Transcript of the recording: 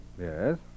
yes